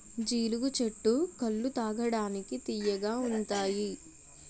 జీలుగు చెట్టు కల్లు తాగడానికి తియ్యగా ఉంతాయి